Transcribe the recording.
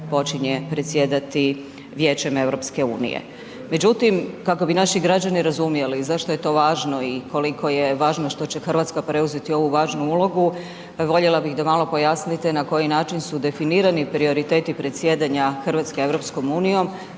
počinje predsjedati Vijeće EU-a. Međutim kako ni naši građani razumjeli zašto je to važno i koliko je važno što će Hrvatska preuzeti ovu važnu ulogu, voljela bi da malo pojasnite na koji način su definirani prioriteti predsjedanja Hrvatske EU-om,